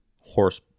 horse